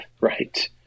Right